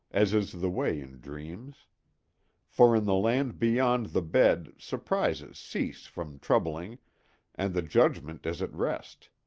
as is the way in dreams for in the land beyond the bed surprises cease from troubling and the judgment is at rest.